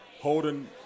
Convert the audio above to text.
holding